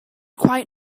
quite